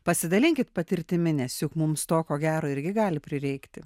pasidalinkit patirtimi nes juk mums to ko gero irgi gali prireikti